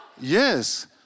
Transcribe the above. Yes